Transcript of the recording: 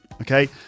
okay